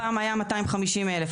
פעם היו 250 אלף.